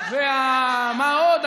ומה עוד?